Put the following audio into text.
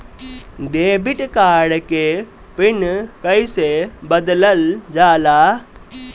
Debit card के PIN कईसे बदलल जाला?